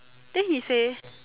then he say